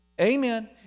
Amen